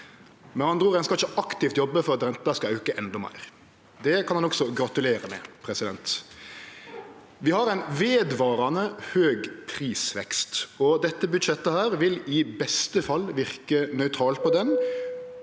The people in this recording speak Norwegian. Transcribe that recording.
Med andre ord: Ein skal ikkje aktivt jobbe for at renta skal auke endå meir. Det kan ein også gratulere med. Vi har ein vedvarande høg prisvekst, og dette budsjettet vil i beste fall verke nøytralt på det